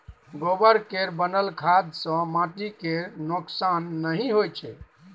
गोबर केर बनल खाद सँ माटि केर नोक्सान नहि होइ छै